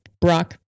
Brock